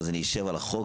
ואז אני אשב על החוק.